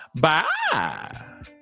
Bye